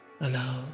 Allow